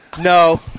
No